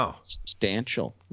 substantial